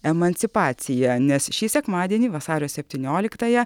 emancipaciją nes šį sekmadienį vasario septynioliktąją